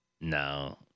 No